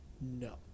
No